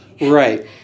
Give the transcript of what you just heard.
Right